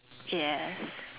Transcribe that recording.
yes